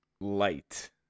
Light